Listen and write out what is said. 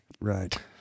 Right